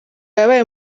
yabaye